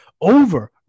over